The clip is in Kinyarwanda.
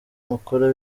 mukora